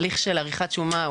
הליך של עריכת שומה,